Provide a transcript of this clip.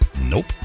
Nope